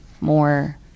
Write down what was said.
more